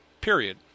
Period